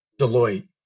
Deloitte